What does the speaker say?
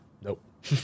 Nope